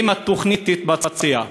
אם התוכנית תתבצע.